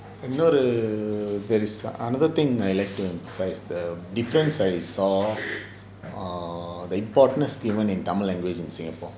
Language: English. இன்னொரு:innoru there is another thing I realise besides the different size of err the importantance given to tamil language in singapore